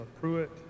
Pruitt